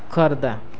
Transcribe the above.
Khordha